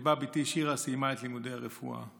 שבה בתי שירה סיימה את לימודי הרפואה.